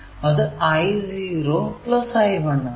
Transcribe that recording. അത് I0 I1 ആണ്